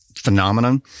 phenomenon